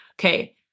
Okay